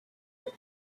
like